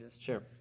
sure